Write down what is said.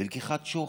בלקיחת שוחד,